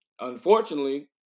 unfortunately